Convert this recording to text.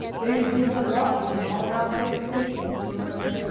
they have even put watchmen all around their estate to keep her away.